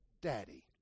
daddy